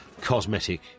cosmetic